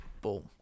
Boom